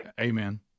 Amen